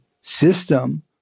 system